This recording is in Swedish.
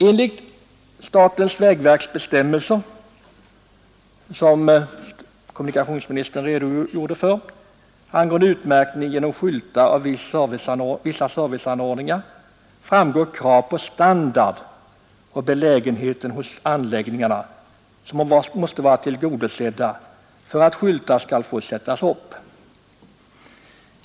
Enligt statens trafiksäkerhetsverks bestämmelser angående utmärkning av vissa serviceanordningar framgår — som kommunikationsministern redogjorde för — att vissa krav på standard och belägenhet hos anläggningarna måste vara tillgodosedda för att skyltar skall få sättas upp.